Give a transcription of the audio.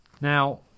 Now